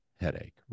headache